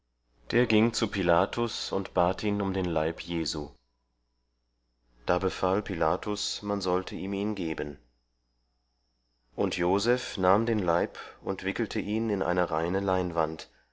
der ging zu pilatus und bat ihn um den leib jesus da befahl pilatus man sollte ihm ihn geben und joseph nahm den leib und wickelte ihn in eine reine leinwand